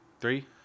three